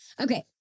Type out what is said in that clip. Okay